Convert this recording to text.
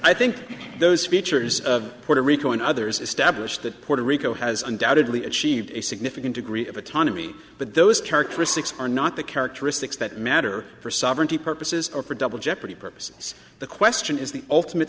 i think those features of puerto rico and others established that puerto rico has undoubtedly achieved a significant degree of autonomy but those characteristics are not the characteristics that matter for sovereignty purposes or for double jeopardy purposes the question is the ultimate